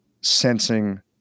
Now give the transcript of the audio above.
sensing